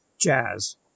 jazz